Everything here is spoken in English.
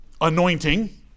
anointing